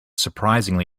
surprisingly